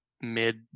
mid